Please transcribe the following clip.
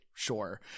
Sure